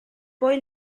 poi